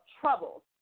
troubles